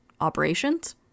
operations